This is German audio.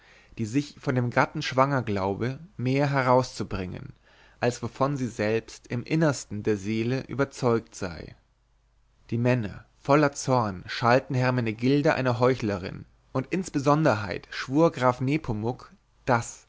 die sich von dem gatten schwanger glaube mehr herauszubringen als wovon sie selbst im innersten der seele überzeugt sei die männer voller zorn schalten hermenegilda eine heuchlerin und insonderheit schwur graf nepomuk daß